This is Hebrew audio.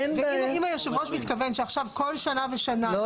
היושב ראש מתכוון שעכשיו כל שנה ושנה --- לא,